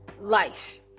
life